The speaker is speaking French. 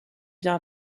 biens